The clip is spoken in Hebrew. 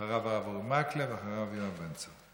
אחריו, הרב אורי מקלב, ואחריו, יואב בן צור.